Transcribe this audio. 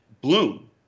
bloom